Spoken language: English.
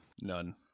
None